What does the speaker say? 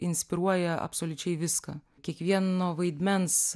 inspiruoja absoliučiai viską kiekvieno vaidmens